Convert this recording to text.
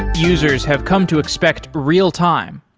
users have come to expect real-time.